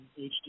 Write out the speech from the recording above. HD